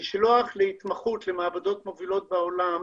לשלוח להתמחות למעבדות מובילות בעולם